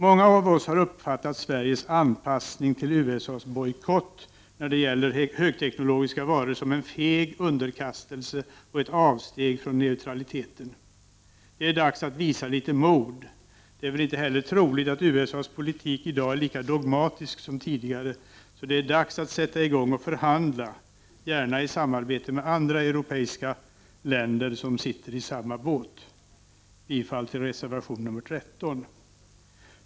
Många av oss har uppfattat Sveriges anpassning till USA:s bojkott när det gäller högteknologiska varor såsom en feg underkastelse och ett avsteg från neutraliteten. Det är dags att visa litet mod. Det är väl inte heller troligt att USA:s politik i dag är lika dogmatisk som tidigare, så det är dags att sätta i gång att förhandla, gärna i samarbete med andra europeiska länder som sitter i samma båt. Bifall till reservation nr 13.